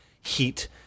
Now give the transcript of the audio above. heat